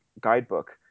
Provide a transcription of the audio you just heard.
guidebook